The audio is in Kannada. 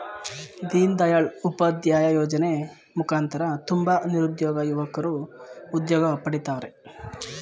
ದೀನ್ ದಯಾಳ್ ಉಪಾಧ್ಯಾಯ ಯೋಜನೆ ಮುಖಾಂತರ ತುಂಬ ನಿರುದ್ಯೋಗ ಯುವಕ್ರು ಉದ್ಯೋಗ ಪಡಿತವರ್ರೆ